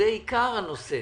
זה עיקר הנושא.